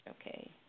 okay